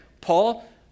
Paul